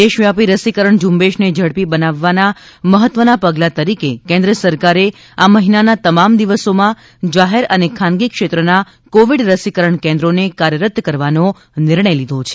દેશવ્યાપી રસીકરણ ઝુંબેશને ઝડપી બનાવવા મહત્વના પગલા તરીકે કેન્દ્ર સરકારે આ મહિનાના તમામ દિવસોમાં જાહેર અને ખાનગી ક્ષેત્રના કોવિડ રસીકરણ કેન્દ્રોને કાર્યરત કરવાનો નિર્ણય લીધો છે